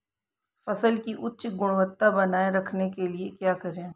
फसल की उच्च गुणवत्ता बनाए रखने के लिए क्या करें?